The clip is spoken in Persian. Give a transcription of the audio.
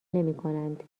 نمیکنند